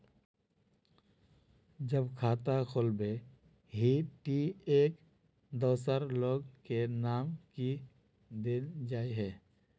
जब खाता खोलबे ही टी एक दोसर लोग के नाम की देल जाए है?